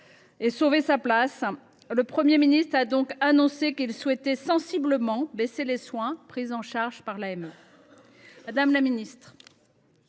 et sauver sa place, le Premier ministre a donc annoncé qu’il souhaitait réduire « sensiblement » le panier de soins pris en charge par l’AME.